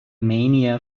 mania